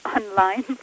online